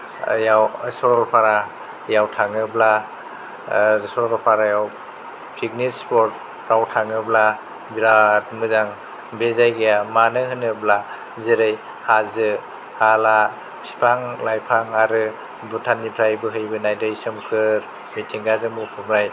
याव सरलफारा याव थाङोब्ला सरलफारायाव फिकनिक स्पत आव थाङोब्ला बिराद मोजां बे जायगाया मानो होनोब्ला जेरै हाजो हाला बिफां लाइफां आरो भुटाननिफ्राय बोहैबोनाय दै सोमखोर मिथिंगाजों बुंफबनाय